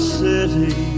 city